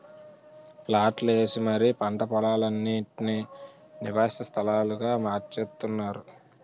ప్లాట్లు ఏసి మరీ పంట పోలాలన్నిటీనీ నివాస స్థలాలుగా మార్చేత్తున్నారు